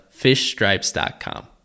Fishstripes.com